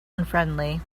unfriendly